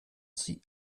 sie